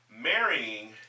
Marrying